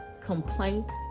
Complaint